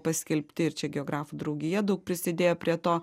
paskelbti ir čia geografų draugija daug prisidėjo prie to